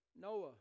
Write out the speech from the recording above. Noah